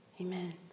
Amen